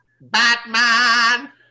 Batman